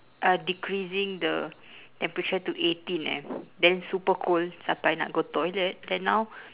uh decreasing the temperature to eighteen eh then super cold sampai nak go toilet then now